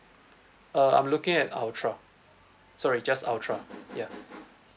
uh I'm looking at ultra sorry just ultra